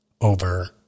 over